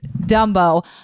Dumbo